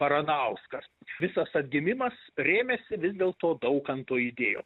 baranauskas visas atgimimas rėmėsi vis dėlto daukanto idėjom